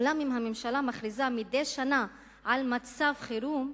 אולם אם הממשלה מכריזה מדי שנה על מצב חירום,